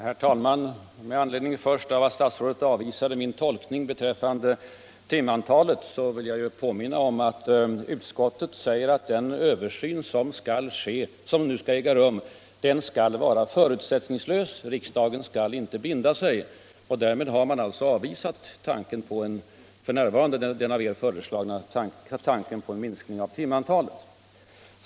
Herr talman! Med anledning av att statsrådet avvisade min tolkning beträffande timantalet vill jag först påminna om att utskottet säger att den översyn som nu skall äga rum skall vara förutsättningslös. Riksdagen skall inte binda sig. Därmed har man alltså f. n. avvisat den av er föreslagna tanken på en minskning av timantalet.